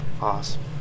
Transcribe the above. Awesome